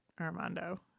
Armando